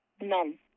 None